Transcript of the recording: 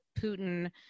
Putin